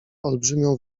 olbrzymią